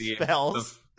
spells